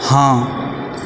हाँ